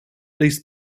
least